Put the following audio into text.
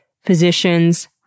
physicians